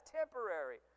temporary